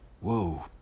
Whoa